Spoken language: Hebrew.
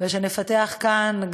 ושנפַתח כאן,